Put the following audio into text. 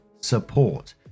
support